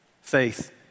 Faith